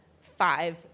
five